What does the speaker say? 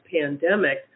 pandemic